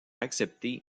accepter